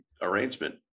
arrangement